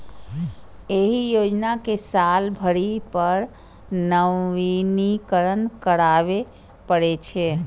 एहि योजना कें साल भरि पर नवीनीकरण कराबै पड़ै छै